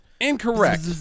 Incorrect